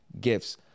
gifts